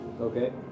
Okay